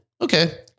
okay